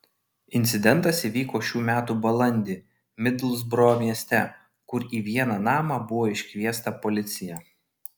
incidentas įvyko šių metų balandį midlsbro mieste kur į vieną namą buvo iškviesta policija